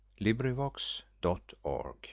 LibriVox.org